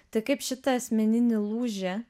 tai kaip šitą asmeninį lūžį